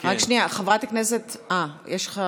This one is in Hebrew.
על חיפה ועכו, רק שנייה, חברת הכנסת, אה, יש לך.